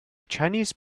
chinese